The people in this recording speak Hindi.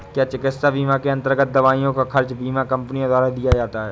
क्या चिकित्सा बीमा के अन्तर्गत दवाइयों का खर्च बीमा कंपनियों द्वारा दिया जाता है?